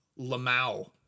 LaMau